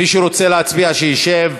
מי שרוצה להצביע, ישב.